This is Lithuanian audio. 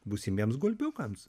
būsimiems gulbiukams